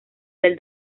del